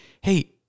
hey